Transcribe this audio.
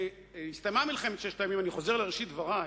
כשהסתיימה מלחמת ששת הימים, אני חוזר לראשית דברי,